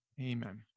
Amen